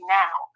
now